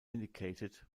indicated